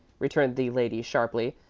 returned the lady, sharply.